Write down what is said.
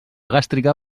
gàstrica